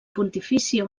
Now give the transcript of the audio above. pontifícia